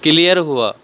clear ہوا